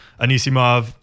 Anisimov